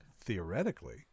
theoretically